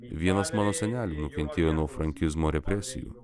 vienas mano senelių nukentėjo nuo frankizmo represijų